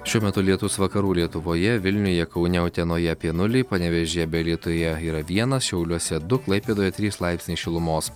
šiuo metu lietus vakarų lietuvoje vilniuje kaune utenoje apie nulį panevėžyje bei alytuje yra vienas šiauliuose du klaipėdoje trys laipsniai šilumos